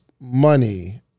money